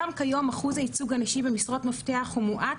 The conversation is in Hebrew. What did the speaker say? גם כיום אחוז הייצוג הנשי במשרות מפתח הוא מועט,